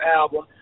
album